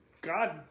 God